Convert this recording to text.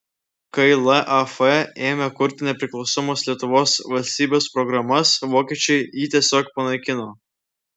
kai laf ėmė kurti nepriklausomos lietuvos valstybės programas vokiečiai jį tiesiog panaikino